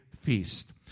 feast